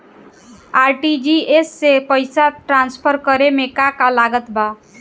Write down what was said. RTGS से पईसा transfer करे मे का का लागत बा?